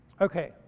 Okay